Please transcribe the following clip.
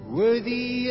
worthy